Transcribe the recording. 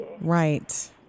Right